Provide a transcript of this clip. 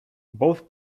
both